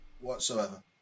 whatsoever